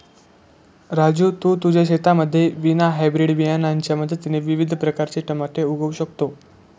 राजू तू तुझ्या शेतामध्ये विना हायब्रीड बियाणांच्या मदतीने विविध प्रकारचे टमाटे उगवू शकतो